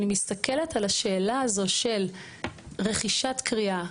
ואני מסתכלת על השאלה הזו של רכישת קריאה,